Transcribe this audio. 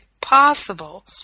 possible